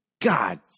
God